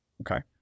okay